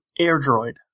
AirDroid